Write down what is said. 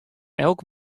elk